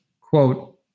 quote